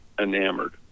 enamored